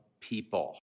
people